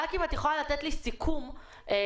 אם את יכולה לתת לי סיכום כי,